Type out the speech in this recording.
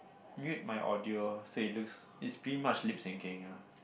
mute my audio so it looks it's pretty much lip syncing ah